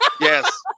Yes